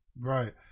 Right